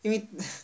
因为